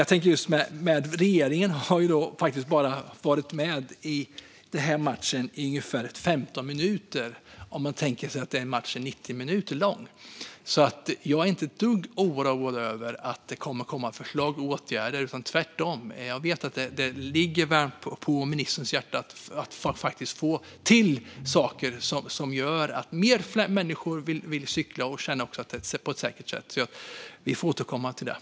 Jag tänker att regeringen faktiskt bara har varit med i matchen i ungefär 15 minuter, om man tänker sig att en match är 90 minuter lång. Jag är därför inte ett dugg oroad över om det kommer att komma förslag och åtgärder; tvärtom vet jag att det ligger ministern varmt om hjärtat att faktiskt få till saker som gör att fler människor vill cykla och känna att de kan göra det på ett säkert sätt. Vi får återkomma till detta.